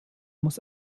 muss